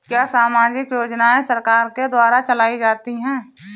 क्या सामाजिक योजनाएँ सरकार के द्वारा चलाई जाती हैं?